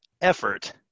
effort